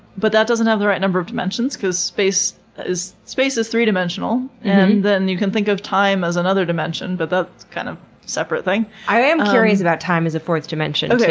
but that doesn't have the right number of dimensions because space is space is three dimensional. and and you can think of time as another dimension, but that's kind of separate thing. i am curious about time as a fourth dimension okay,